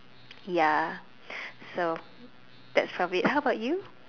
ya so that's probably how about you